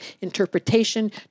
interpretation